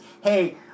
hey